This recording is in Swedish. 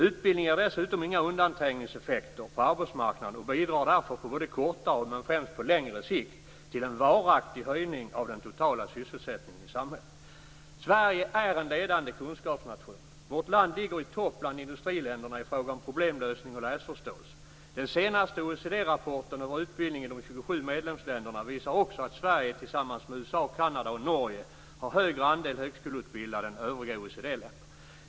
Utbildning ger dessutom inga undanträngningseffekter på arbetsmarknaden och bidrar därför på kortare sikt, men främst på längre sikt, till en varaktig höjning av den totala sysselsättningen i samhället. Sverige är en ledande kunskapsnation. Vårt land ligger i topp bland industriländerna i fråga om problemlösning och läsförståelse. Den senaste OECD rapporten om utbildning i de 27 medlemsländerna visar också att Sverige tillsammans med USA, Kanada och Norge har en större andel högskoleutbildade än övriga OECD-länder.